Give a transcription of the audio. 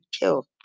kill